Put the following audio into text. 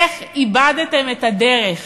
איך איבדתם את הדרך?